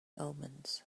omens